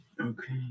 Okay